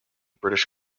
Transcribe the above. british